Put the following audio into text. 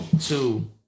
two